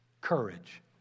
Courage